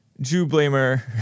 Jew-blamer